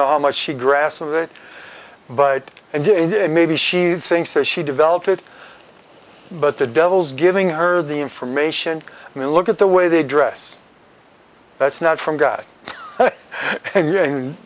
know how much she grasp of it but and maybe she thinks that she developed it but the devils giving her the information and look at the way they dress that's not from god and